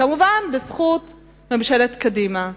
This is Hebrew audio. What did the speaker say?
כמובן, בזכות ממשלת קדימה.